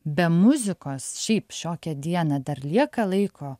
be muzikos šiaip šiokią dieną dar lieka laiko